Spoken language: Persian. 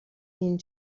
این